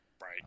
Right